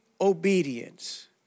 obedience